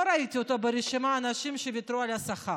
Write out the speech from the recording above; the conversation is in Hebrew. לא ראיתי אותו ברשימה של האנשים שוויתרו על השכר.